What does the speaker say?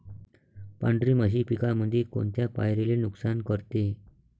पांढरी माशी पिकामंदी कोनत्या पायरीले नुकसान करते?